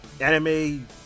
anime